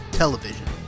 television